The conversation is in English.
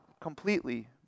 completely